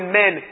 men